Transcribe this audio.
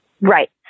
Right